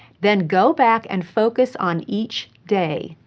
then go back and focus on each day,